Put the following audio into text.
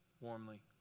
warmly